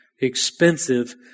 expensive